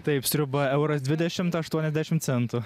taip sriuba euras dvidešimt aštuoniasdešim centų